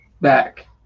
back